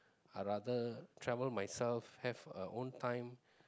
I rather travel myself have a own time